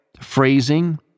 phrasing